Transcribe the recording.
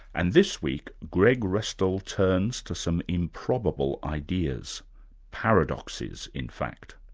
and this week, greg restall turns to some improbable ideas paradoxes, in fact.